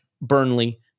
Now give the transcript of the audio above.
Burnley